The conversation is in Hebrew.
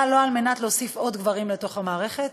אבל לא על מנת להוסיף עוד גברים לתוך המערכת